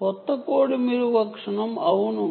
క్రొత్త కోడ్ మీరు అవును